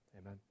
amen